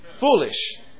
Foolish